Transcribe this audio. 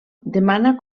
demana